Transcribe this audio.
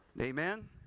Amen